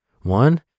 one